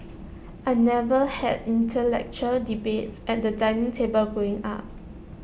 I never had intellectual debates at the dining table growing up